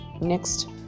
Next